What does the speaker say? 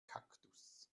kaktus